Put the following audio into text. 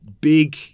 big